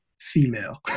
female